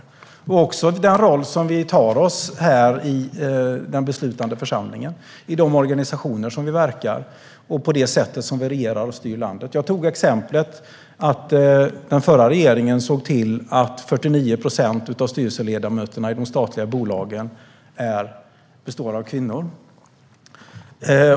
Det gäller också den roll som vi tar här i den beslutande församlingen, i de organisationer vi verkar och det sätt på vilket man regerar och styr landet. Den förra regeringen såg till exempel till att 49 procent av styrelseledamöterna i de statliga bolagen var kvinnor.